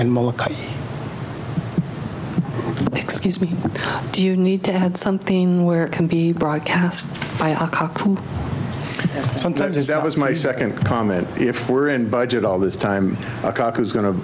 ny excuse me do you need to add something where it can be broadcast sometimes is that was my second comment if were in budget all this time a cock is going to